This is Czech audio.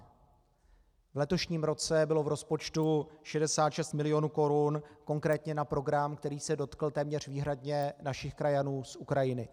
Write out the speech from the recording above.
V letoším roce bylo v rozpočtu 66 milionů korun konkrétně na program, který se dotkl téměř výhradně našich krajanů z Ukrajiny.